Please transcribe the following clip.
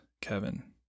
Kevin